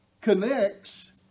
connects